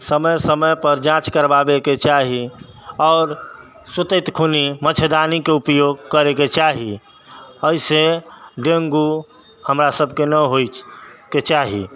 समय समयपर जाँच करवावैके चाही आओर सुतैत खुनी मच्छरदानीके उपयोग करैके चाही अहिसँ डेंगू हमरा सबके नहि होइ छै होयके चाही